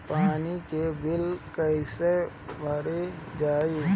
पानी के बिल कैसे भरल जाइ?